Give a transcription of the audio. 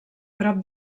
prop